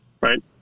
right